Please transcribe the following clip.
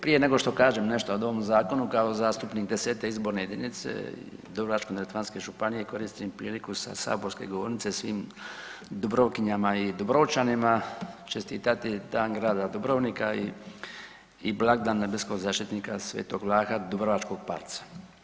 Prije nego što kažem nešto o ovom zakonu, kao zastupnik X. izborne jedinice Dubrovačko-neretvanske županije, koristim priliku sa saborske govornice svim Dubrovkinjama i Dubrovčanima čestitati Dan grada Dubrovnika i blagdan nebeskog zaštitnika sv. Vlaha, dubrovačkog parca.